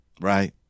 right